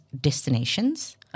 destinations